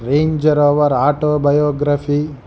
Range Rover auto biography